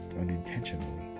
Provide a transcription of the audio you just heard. unintentionally